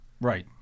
right